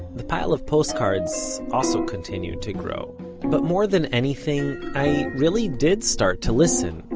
the pile of postcards also continued to grow but, more than anything, i really did start to listen,